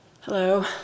Hello